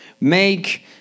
make